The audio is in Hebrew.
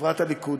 חברת הליכוד,